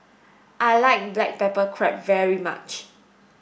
I like black pepper crab very much